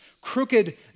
crooked